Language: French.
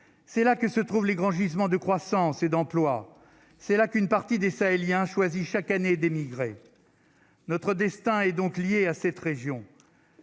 c'est là que se trouvent les grands gisements de croissance et d'emploi, c'est là qu'une partie des sahéliens choisit chaque année d'émigrer, notre destin est donc lié à cette région,